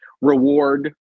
reward